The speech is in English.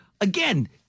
again